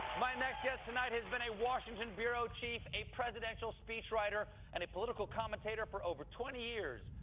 my next guest tonight has been a washington bureau chief, a presidential speechwriter, and a political commentator for over twenty years.